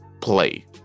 play